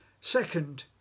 Second